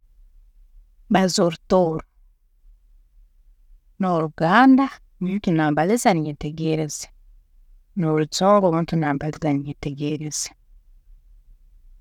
Mbaza orutooro, n'oluganda omuntu nambaliza ninyetegeereza, n'orujungu omuntu nambaliza ninyetegeereza